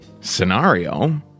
scenario